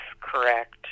correct